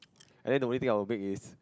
and then the way think our big is